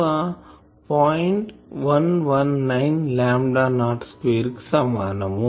119 lambda naught square కు సమానం